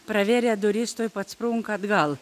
pravėrę duris tuoj pat sprunka atgal